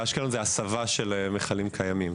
באשקלון זאת הסבה של מכלים קיימים.